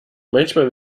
manchmal